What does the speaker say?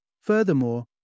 Furthermore